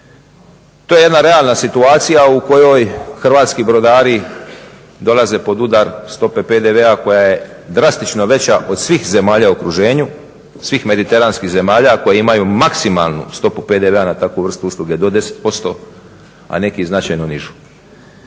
To je jedna realna situacija u kojoj hrvatski brodari dolaze pod udar stope PDV-a koja je drastično veća od svih zemalja u okruženju, svih mediteranskih zemalja koje imaju maksimalnu stopu PDV-a na takvu vrstu usluge do 10%, a neki i značajno nižu.